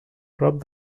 prop